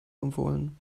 empfohlen